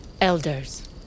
Elders